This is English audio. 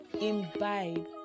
imbibe